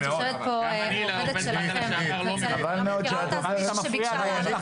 יושבת פה עובדת שלכם -- למה אתה מפריע לה אבל?